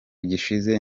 gishize